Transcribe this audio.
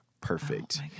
perfect